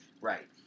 Right